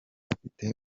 afite